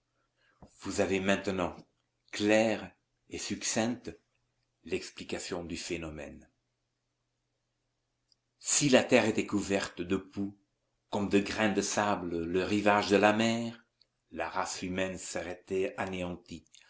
vous avez maintenant claire et succinte l'explication du phénomène si la terre était couverte de poux comme de grains de sable le rivage de la mer la race humaine serait anéantie